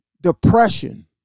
depression